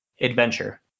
adventure